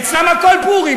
אצלם הכול פורים.